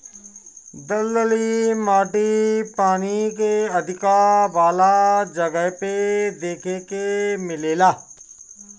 दलदली माटी पानी के अधिका वाला जगह पे देखे के मिलेला